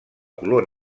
color